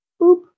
Boop